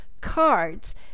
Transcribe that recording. cards